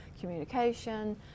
communication